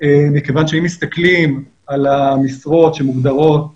מכיוון שאם מסתכלים על המשרות שמוגדרות